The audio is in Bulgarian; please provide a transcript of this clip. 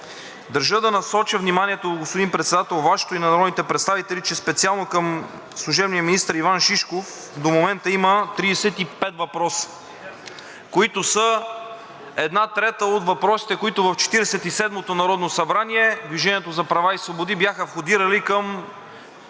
Държа да насоча вниманието, господин Председател – Вашето и на народните представители, че специално към служебния министър Иван Шишков до момента има 35 въпроса, които са една трета от въпросите, които в Четиридесет и седмото Народно събрание от „Движение за права и свободи“ бяха входирали към